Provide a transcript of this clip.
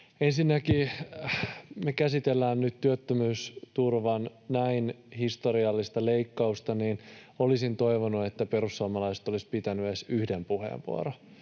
Ensinnäkin, kun me käsitellään nyt työttömyysturvan näin historiallista leikkausta, niin olisin toivonut, että perussuomalaiset olisivat pitäneet edes yhden puheenvuoron,